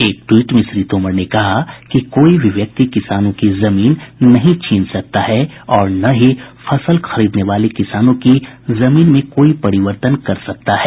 एक ट्वीट में श्री तोमर ने कहा कि कोई भी व्यक्ति किसानों की जमीन नहीं छीन सकता और ना ही फसल खरीदने वाले किसानों की जमीन में कोई परिवर्तन कर सकता है